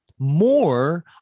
more